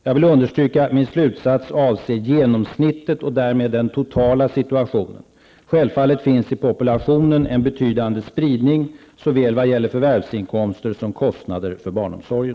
Jag vill understryka att min slutsats avser genomsnittet och därmed också den totala situationen. Självfallet finns i populationen en betydande spridning, såväl vad gäller förvärvsinkomster som kostnader för barnomsorgen.